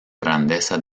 grandeza